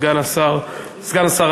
סגן שר הבריאות,